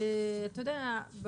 אתה יודע,